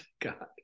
God